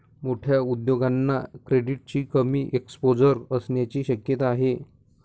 मोठ्या उद्योगांना क्रेडिटचे कमी एक्सपोजर असण्याची शक्यता आहे